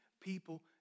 people